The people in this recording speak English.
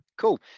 Cool